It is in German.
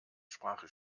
sprache